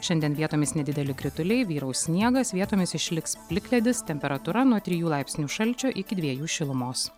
šiandien vietomis nedideli krituliai vyraus sniegas vietomis išliks plikledis temperatūra nuo trijų laipsnių šalčio iki dviejų šilumos